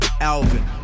Alvin